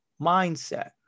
mindset